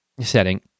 setting